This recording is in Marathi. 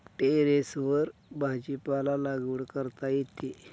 टेरेसवर भाजीपाला लागवड करता येते